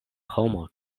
homo